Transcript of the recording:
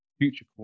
future